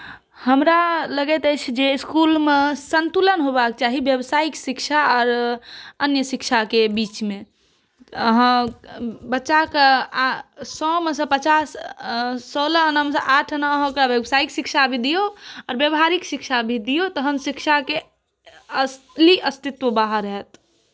हमरा लगैत अछि जे इसकुलमे सन्तुलन होबाक चाही बेवसाइक शिक्षा आओर अन्य शिक्षाके बीचमे अहाँ बच्चाके सओमेसँ पचास सोलह आनामे से आठ आना ओकरा बेवसाइक शिक्षामे दिऔ आओर बेवहारिक शिक्षा भी दिऔ तहन शिक्षाके असली अस्तित्व बाहर हैत